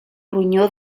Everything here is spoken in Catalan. ronyó